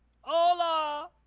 Hola